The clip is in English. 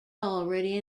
already